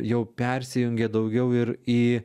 jau persijungė daugiau ir į